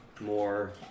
more